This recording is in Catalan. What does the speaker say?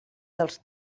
dels